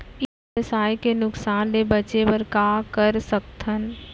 ई व्यवसाय के नुक़सान ले बचे बर का कर सकथन?